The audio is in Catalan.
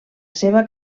seva